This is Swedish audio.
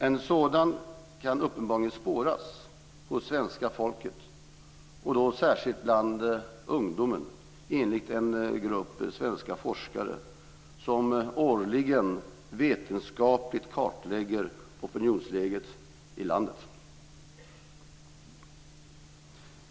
En sådan kan uppenbarligen spåras hos svenska folket och då särskilt bland ungdomen, enligt en grupp svenska forskare som årligen vetenskapligt kartlägger opinionsläget i landet.